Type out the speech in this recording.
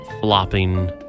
flopping